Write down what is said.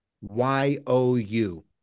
Y-O-U